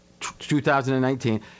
2019